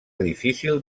difícil